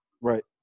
Right